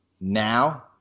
now